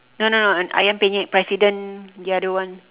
no no no ayam-penyet president the other one